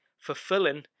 fulfilling